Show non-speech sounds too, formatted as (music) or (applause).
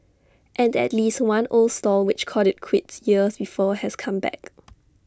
and at least one old stall which called IT quits years before has come back (noise)